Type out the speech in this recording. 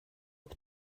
upp